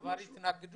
בעבר הם התנגדו.